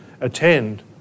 attend